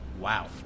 Wow